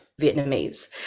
Vietnamese